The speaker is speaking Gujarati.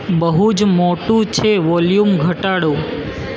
બહુ જ મોટું છે વોલ્યુમ ઘટાડો